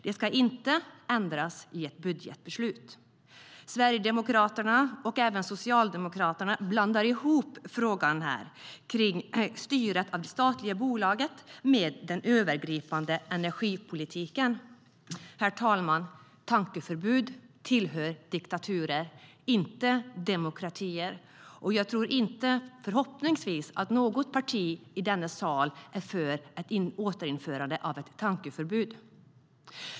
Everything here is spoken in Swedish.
Det ska inte ändras i ett budgetbeslut. Sverigedemokraterna och även Socialdemokraterna blandar ihop frågan om styrandet av det statliga bolaget med den övergripande energipolitiken. Herr talman! Tankeförbud tillhör diktaturer, inte demokratier. Jag tror inte - förhoppningsvis är det så - att något parti i denna kammare är för ett återinförande av tankeförbud.